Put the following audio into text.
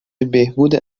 بهبود